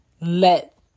let